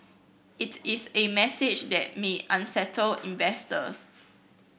it is a message that may unsettle investors